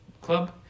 club